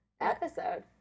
episode